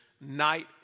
night